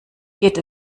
geht